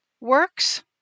works